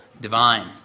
divine